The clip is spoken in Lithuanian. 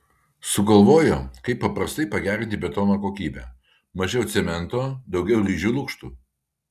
sugalvojo kaip paprastai pagerinti betono kokybę mažiau cemento daugiau ryžių lukštų